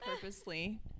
purposely